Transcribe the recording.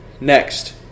Next